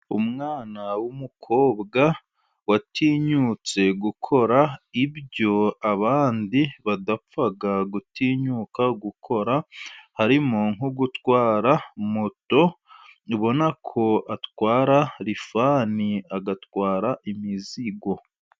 Umwana w'umukobwa watinyutse gukora ibyo abandi badapfa gutinyuka gukora . Harimo nko gutwara moto ubona ko atwara Lifani , agatwara imizigo.